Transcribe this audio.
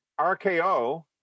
RKO